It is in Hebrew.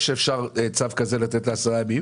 שאפשר לתת את הצו הזה בעוד עשרה ימים,